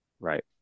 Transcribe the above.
right